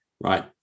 right